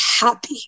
happy